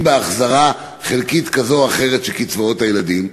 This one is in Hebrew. בהחזרה חלקית כזאת או אחרת של קצבאות הילדים,